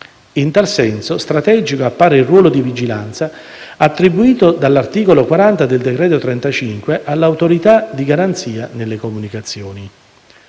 In tal senso strategico appare il ruolo di vigilanza attribuito dall'articolo 40 del decreto n. 35 all'Autorità di garanzia nelle comunicazioni.